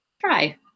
try